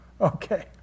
Okay